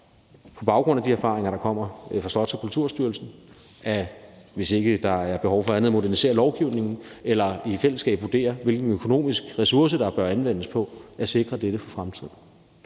på baggrund af de erfaringer, der kommer fra Slots- og Kulturstyrelsen, bedst muligt kan overveje, hvis ikke der er behov for andet, at modernisere lovgivningen, eller at vi i fællesskab vurderer, hvilken økonomisk ressource der bør anvendes på at sikre dette for fremtiden.